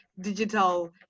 digital